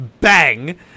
Bang